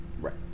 Right